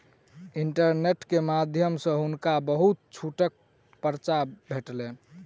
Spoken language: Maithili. इंटरनेट के माध्यम सॅ हुनका बहुत छूटक पर्चा भेटलैन